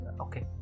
okay